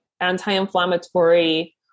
anti-inflammatory